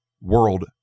world